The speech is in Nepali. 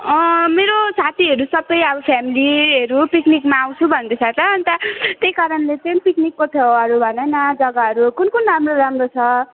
अँ मेरो साथीहरू सबै अब फ्यामिलीहरू पिकनिकमा आउँछु भन्दैछ त अनि त त्यही कारणले चाहिँ पिकनिकको ठाउँहरू भनन जग्गाहरू कुन कुन राम्रो राम्रो छ